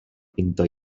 pintor